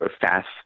fast